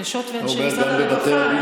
נשות ואנשי משרד הרווחה.